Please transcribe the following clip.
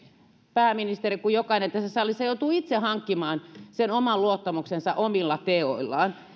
pääministeri kuin jokainen tässä salissa joutuu itse hankkimaan sen oman luottamuksensa omilla teoillaan